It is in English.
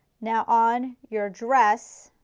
now on your dress,